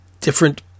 different